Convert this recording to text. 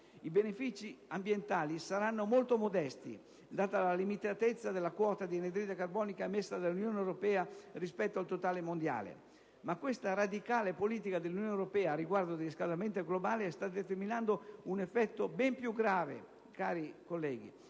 I benefici ambientali saranno molto modesti, data la limitatezza della quota di anidride carbonica emessa dall'Unione europea rispetto al totale mondiale. Ma questa radicale politica dell'Unione europea a riguardo del riscaldamento globale sta determinando un effetto ben più grave, cari colleghi.